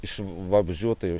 iš vabzdžių tai